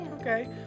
okay